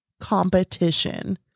competition